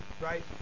right